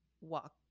walk